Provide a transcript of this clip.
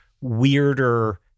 weirder